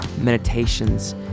meditations